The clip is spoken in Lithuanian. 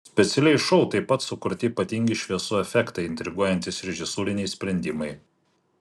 specialiai šou taip pat sukurti ypatingi šviesų efektai intriguojantys režisūriniai sprendimai